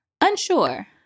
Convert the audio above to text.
Unsure